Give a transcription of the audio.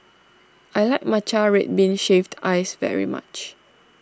I like Matcha Red Bean Shaved Ice very much